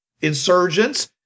insurgents